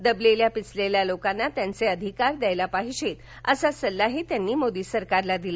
दबलेल्या पिचलेल्या लोकांना त्यांचे अधिकार द्यायला पाहिजेत असा सल्लाही त्यांनी मोदी सरकारला दिला